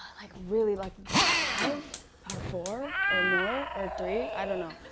like really, like five or four or more or three i don't know.